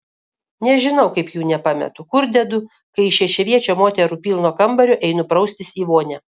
nežinau kaip jų nepametu kur dedu kai iš šešiaviečio moterų pilno kambario einu praustis į vonią